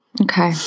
Okay